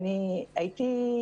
ועובד עם משרד הבריאות,